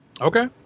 Okay